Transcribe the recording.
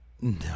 No